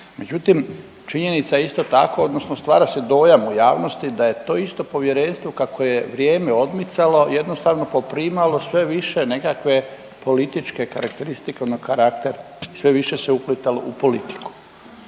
Međutim, činjenica je isto tako, odnosno stvara se dojam u javnosti da je to isto Povjerenstvo kako je vrijeme odmicalo jednostavno poprimalo sve više nekakve političke karakteristike .../nerazumljivo/...